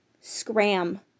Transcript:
Scram